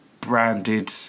branded